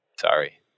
Sorry